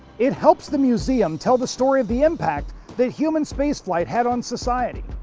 it helps the museum tell the story of the impact that human space flight had on society.